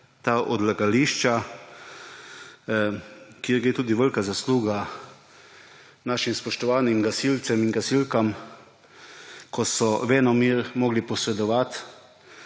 odlagališča, kjer gre tudi velika zasluga našim spoštovanim gasilcem in gasilkam, ker so venomer morali posredovati,